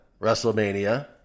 WrestleMania